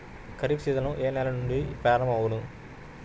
Kharif season ఏ నెల నుండి ప్రారంభం అగును?